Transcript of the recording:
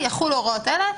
יחולו הוראות אלה.